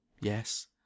Yes